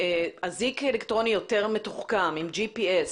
אזיק אלקטרוני יותר מתוחכם עם GPS,